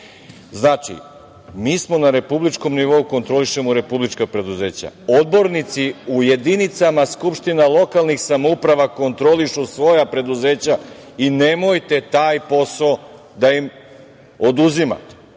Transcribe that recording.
mi smo na republičkom nivou. Kontrolišemo republička preduzeća. Odbornici u jedinicama skupština lokalnih samouprava kontrolišu svoja preduzeća i nemojte taj posao da im oduzimate.